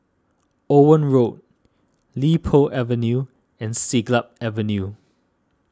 Owen Road Li Po Avenue and Siglap Avenue